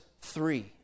three